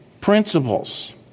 principles